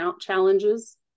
challenges